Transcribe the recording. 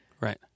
right